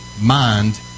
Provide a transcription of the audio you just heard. mind